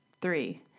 Three